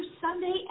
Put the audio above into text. Sunday